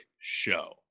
show